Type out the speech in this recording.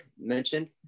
mentioned